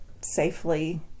safely